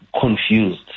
confused